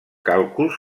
càlculs